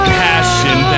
passion